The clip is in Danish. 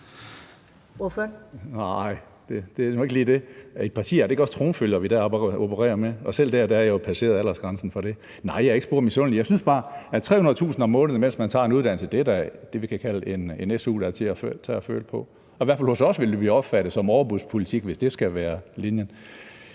(SF): Nej, det er nu ikke lige det. Er det ikke også tronfølgere, man opererer med i partier? Og selv der har jeg jo passeret aldersgrænsen. Nej, jeg er ikke spor misundelig. Jeg synes bare, at 300.000 kr. om måneden, mens man tager en uddannelse, da er noget, vi kan kalde en su, der er til at tage og føle på. Hos os ville det i hvert fald blive opfattet som overbudspolitik, hvis det skulle være linjen.